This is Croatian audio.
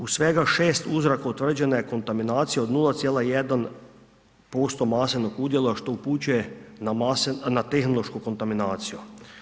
U svega 6 uzoraka utvrđena je kontaminacija od 0,1% masenog udjela, što upućuje na tehnološku kontaminaciju.